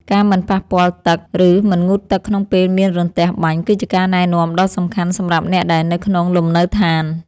ការមិនប៉ះពាល់ទឹក ឬមិនងូតទឹកក្នុងពេលមានរន្ទះបាញ់គឺជាការណែនាំដ៏សំខាន់សម្រាប់អ្នកដែលនៅក្នុងលំនៅដ្ឋាន។